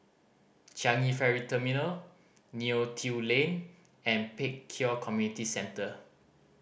Changi Ferry Terminal Neo Tiew Lane and Pek Kio Community Centre